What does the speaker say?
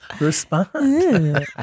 respond